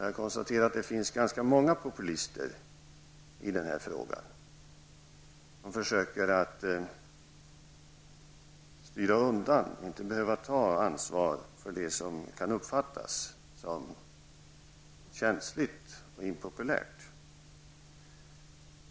Jag konstaterar att när det gäller den här frågan finns det ganska många populister som försöker styra undan för att inte behöva ta ansvar för det som kan uppfattas som känsligt och impopulärt.